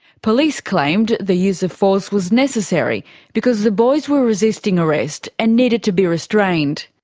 police claimed the use of force was necessary because the boys were resisting arrest and needed to be restrained.